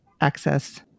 access